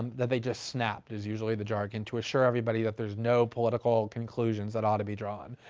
that they just snap, is usually the jargon, to assure everybody that there's no political conclusions that ought to be drawn.